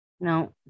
No